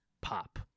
pop